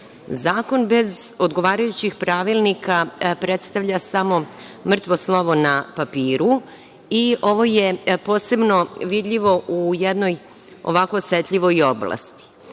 bez odgovarajućih pravilnika predstavlja samo mrtvo slovo na papiru. Ovo je posebno vidljivo u jednoj ovako osetljivoj oblasti.